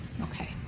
Okay